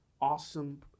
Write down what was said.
awesome